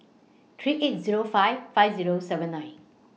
three eight Zero five five Zero seven nine